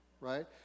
right